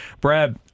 Brad